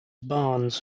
barnes